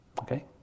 Okay